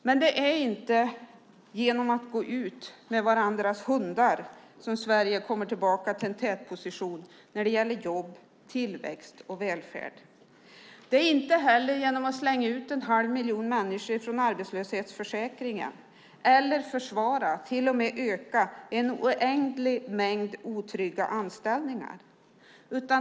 Men det är inte genom att gå ut med varandras hundar som Sverige kommer tillbaka till en tätposition när det gäller jobb, tillväxt och välfärd. Det är inte heller genom att slänga ut en halv miljon människor från arbetslöshetsförsäkringen eller genom att försvara och till och med öka en oändlig mängd otrygga anställningar.